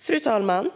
Fru talman!